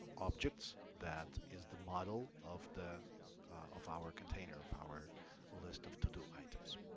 objects that is the model of the of our container of our list of to-do items